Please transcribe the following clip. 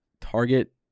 target